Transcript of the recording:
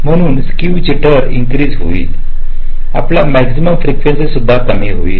म्हणून skew jitter increase होतील आपली मॅक्सिमम फ्रीकेंसी सुद्धा कमी होते